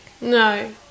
No